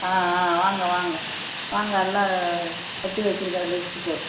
ஆ ஆ வாங்க வாங்க வாங்க எல்லாம் கட்டி வச்சுருக்கிறேன் லிஸ்ட்டு போட்டு